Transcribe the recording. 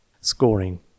Scoring